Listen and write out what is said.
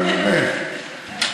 באמת,